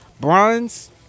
Bronze